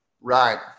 Right